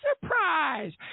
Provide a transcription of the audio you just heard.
surprise